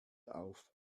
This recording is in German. auf